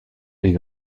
est